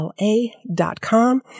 la.com